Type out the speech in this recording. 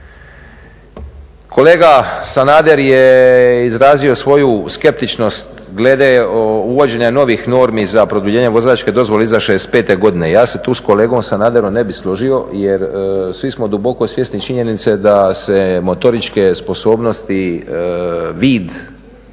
Kolega Sanader je izrazio svoju skeptičnost glede uvođenja novih normi za produljenje vozačke dozvole iza 65. godine. Ja se tu s kolegom Sanaderom ne bih složio jer svi smo duboko svjesni činjenice da se motoričke sposobnosti, vid,